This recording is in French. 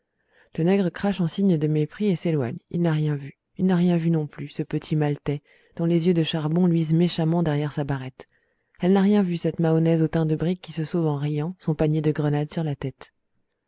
le nègre crache en signe de mépris et s'éloigne il n'a rien vu il n'a rien vu non plus ce petit maltais dont les yeux de charbon luisent méchamment derrière sa barrette elle n'a rien vu cette mahonaise au teint de brique qui se sauve en riant son panier de grenades sur la tête